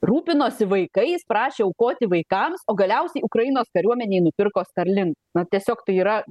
rūpinosi vaikais prašė aukoti vaikams o galiausiai ukrainos kariuomenei nupirko skarlin na tiesiog tai yra